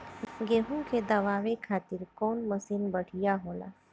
गेहूँ के दवावे खातिर कउन मशीन बढ़िया होला?